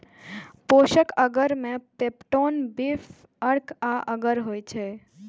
पोषक अगर मे पेप्टोन, बीफ अर्क आ अगर होइ छै